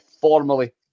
formally